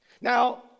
Now